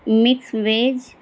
mix veg